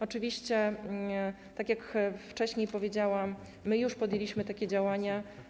Oczywiście, tak jak wcześniej powiedziałam, już podjęliśmy takie działania.